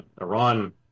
iran